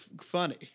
funny